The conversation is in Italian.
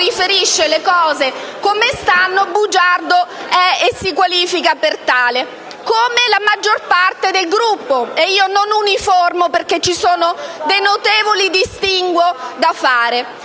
riferisce le cose come stanno, è bugiardo e si qualifica per tale, come la maggior parte del Gruppo (non uniformo, però, perché ci sono dei notevoli distinguo da fare).